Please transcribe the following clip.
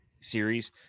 series